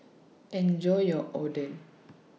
Enjoy your Oden